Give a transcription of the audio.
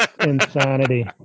Insanity